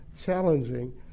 challenging